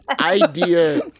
idea